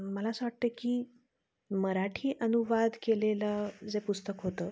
मला असं वाटतं की मराठी अनुवाद केलेलं जे पुस्तक होतं